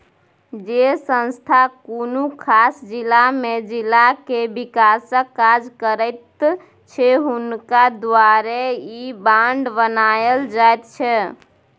जे संस्था कुनु खास जिला में जिला के विकासक काज करैत छै हुनका द्वारे ई बांड बनायल जाइत छै